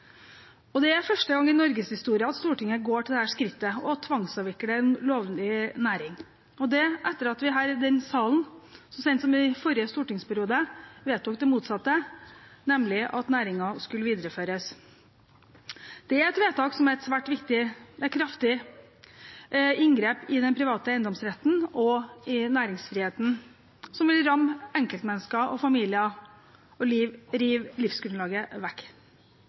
dyrehold. Det er første gang i norgeshistorien at Stortinget går til det skrittet å tvangsavvikle en lovlig næring – og det etter at vi her i denne salen så sent som i forrige stortingsperiode vedtok det motsatte, nemlig at næringen skulle videreføres. Det er et vedtak som er et svært kraftig inngrep i den private eiendomsretten og i næringsfriheten, og som vil ramme enkeltmennesker og familier og rive livsgrunnlaget vekk.